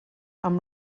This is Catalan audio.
amb